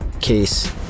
Case